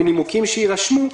מנימוקים שיירשמו,